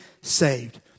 saved